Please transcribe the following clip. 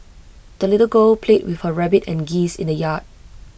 the little girl played with her rabbit and geese in the yard